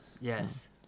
Yes